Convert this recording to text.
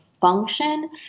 function